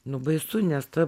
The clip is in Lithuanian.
nu baisu nes ta